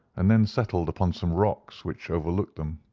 and then settled upon some rocks which overlooked them.